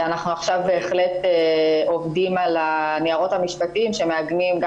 אנחנו עכשיו בהחלט עובדים על הניירות שמעגנים גם